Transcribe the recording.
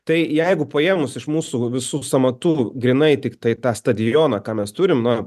tai jeigu paėmus iš mūsų visų sąmatų grynai tiktai tą stadioną ką mes turim na